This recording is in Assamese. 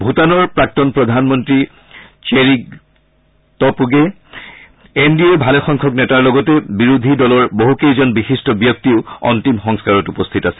ভূটানৰ প্ৰাক্তন প্ৰধানমন্ত্ৰী শ্বেৰিং টপ গে এনডিএৰ ভালেসংখ্যক নেতাৰ লগতে বিৰোধী দলৰ বহুকেইজন বিশিষ্ট ব্যক্তিও অন্তিম সংস্কাৰত উপস্থিত আছিল